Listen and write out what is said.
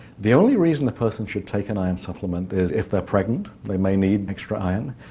the only reason a person should take an iron supplement is if they're pregnant, they may need extra iron,